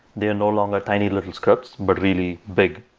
they're no longer tiny little scrubs, but really big,